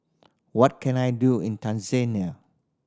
what can I do in Tanzania